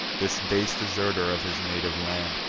this base deserter of his native land.